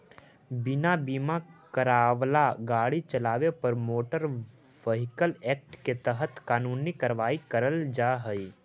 बिना बीमा करावाल गाड़ी चलावे पर मोटर व्हीकल एक्ट के तहत कानूनी कार्रवाई करल जा हई